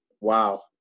Wow